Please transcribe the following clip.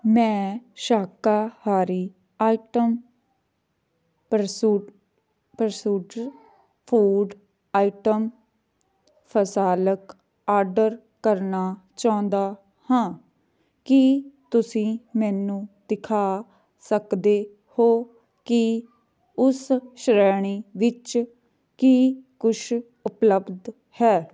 ਮੈਂ ਸ਼ਾਕਾਹਾਰੀ ਆਈਟਮ ਪ੍ਰਸੋਡ ਪ੍ਰਸੋਡਰ ਫੂਡ ਆਈਟਮ ਫਸਾਲਕ ਆਰਡਰ ਕਰਨਾ ਚਾਹੁੰਦਾ ਹਾਂ ਕੀ ਤੁਸੀਂ ਮੈਨੂੰ ਦਿਖਾ ਸਕਦੇ ਹੋ ਕਿ ਉਸ ਸ਼੍ਰੇਣੀ ਵਿੱਚ ਕੀ ਕੁਛ ਉਪਲੱਬਧ ਹੈ